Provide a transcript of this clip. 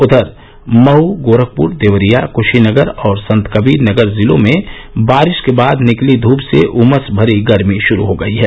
उधर मऊ गोरखपुर देवरिया कुशीनगर और संतकबीरनगर जिलों में बारिश के बाद निकली धूप से उमस भरी गर्मी शुरू हो गयी है